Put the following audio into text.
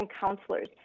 counselors